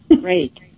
Great